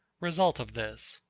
result of this.